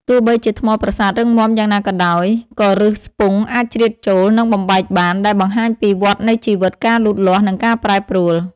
ទោះបីជាថ្មប្រាសាទរឹងមាំយ៉ាងណាក៏ដោយ ក៏ឫសស្ពង់អាចជ្រៀតចូល និងបំបែកបាន ដែលបង្ហាញពី វដ្តនៃជីវិត ការលូតលាស់ និងការប្រែប្រួល។។